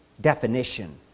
definition